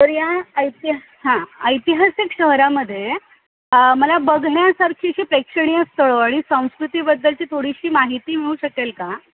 तर या ऐति हां ऐतिहासिक शहरामध्ये मला बघण्यासारखी अशी प्रेक्षणीय स्थळं आणि संस्कृतीबद्दलची थोडीशी माहिती मिळू शकेल का